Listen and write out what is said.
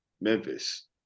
Memphis